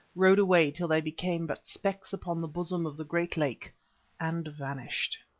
rowed away till they became but specks upon the bosom of the great lake and vanished.